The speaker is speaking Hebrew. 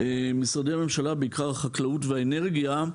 משרדי הממשלה, בעיקר החקלאות והאנרגיה,